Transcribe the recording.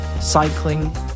cycling